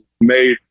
made